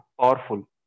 powerful